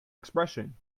expression